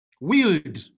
wield